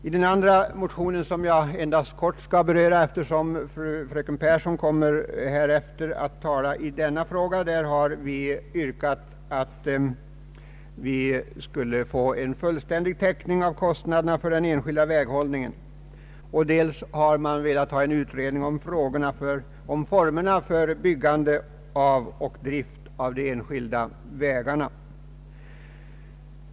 I andra motioner som vi väckt och som jag endast kort skall beröra, eftersom fröken Pehrsson kommer att ta upp denna fråga, har yrkats på en utredning av frågan om fullständig täckning med statsbidrag av kostnaderna för den enskilda väghållningen samt av frågan om formerna för byggande och drift av enskilda vägar.